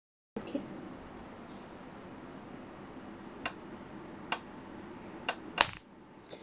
okay